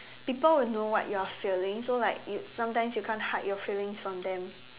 people will know what you are feeling so like you sometimes you can't hide your feelings from them